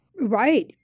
Right